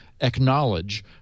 acknowledge